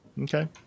Okay